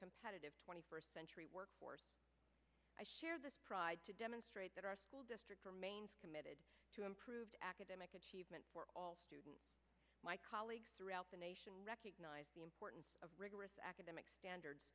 competitive twenty first century workforce i share this pride to demonstrate that our school district remains committed to improved academic achievement for all my colleagues throughout the nation recognize the importance of rigorous academic standards